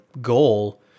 goal